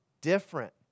different